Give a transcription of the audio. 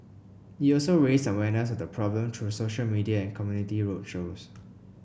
it also raised awareness of the problem through social media and community road shows